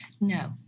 No